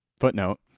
footnote